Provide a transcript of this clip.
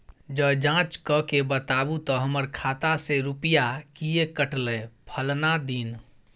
ज जॉंच कअ के बताबू त हमर खाता से रुपिया किये कटले फलना दिन?